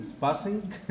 passing